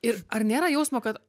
ir ar nėra jausmo kad